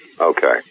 Okay